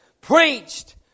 preached